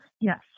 Yes